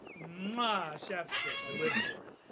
mwah, chef's kiss. i live for it.